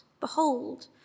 behold